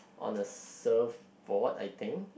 on a surfboard I think